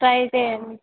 try చేయండి